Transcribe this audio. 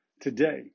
today